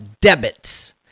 debits